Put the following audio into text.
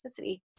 toxicity